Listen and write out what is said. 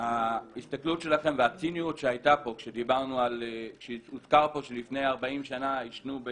ההסתכלות שלכם והציניות שהיתה פה כשהוזכר שלפני ארבעים שנה עישנו,